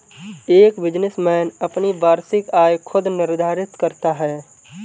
एक बिजनेसमैन अपनी वार्षिक आय खुद निर्धारित करता है